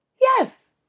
yes